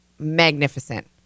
Magnificent